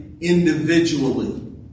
Individually